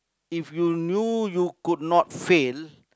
if you knew you could not fail